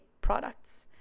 Products